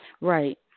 Right